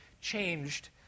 changed